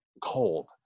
cold